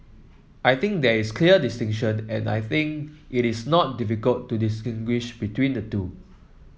I think there is clear distinction and I think it is not difficult to distinguish between the two